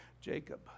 Jacob